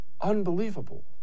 unbelievable